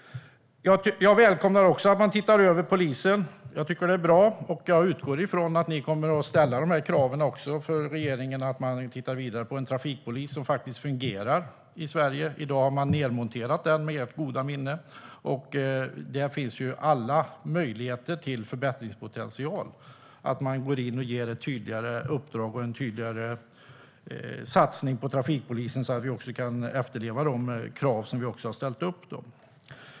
Också jag välkomnar att man ser över polisen. Jag tycker att det är bra. Jag utgår från att ni kommer att ställa kravet på regeringen att man tittar vidare på en trafikpolis som fungerar i Sverige. I dag har man nedmonterat den med ert goda minne. Det finns alla möjligheter till förbättringspotential genom att gå in och ge ett tydligare uppdrag och göra en satsning på trafikpolisen så att vi kan efterleva de krav som vi har ställt upp.